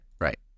right